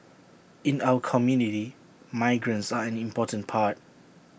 in our community migrants are an important part